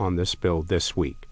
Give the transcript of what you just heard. on this bill this week